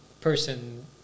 person